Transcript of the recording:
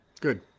good